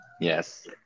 Yes